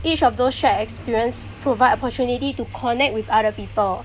each of those shared experience provide opportunity to connect with other people